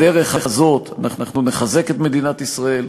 בדרך הזאת אנחנו נחזק את מדינת ישראל,